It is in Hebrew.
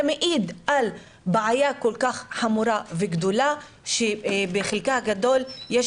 זה מעיד על בעיה כל כך חמורה וגדולה שבחלקה הגדול יש